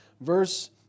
verse